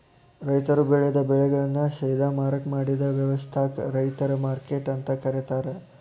ರೈತರು ಬೆಳೆದ ಬೆಳೆಗಳನ್ನ ಸೇದಾ ಮಾರಾಕ್ ಮಾಡಿದ ವ್ಯವಸ್ಥಾಕ ರೈತರ ಮಾರ್ಕೆಟ್ ಅಂತ ಕರೇತಾರ